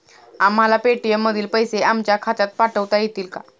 आम्हाला पेटीएम मधील पैसे आमच्या खात्यात पाठवता येतील का?